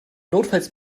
notfalls